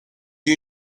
you